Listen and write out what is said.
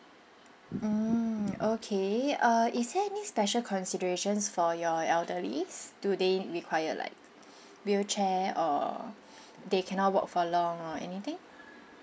mm okay err is there any special considerations for your elderlies do they require like wheelchair or they cannot walk for long or anything